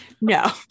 no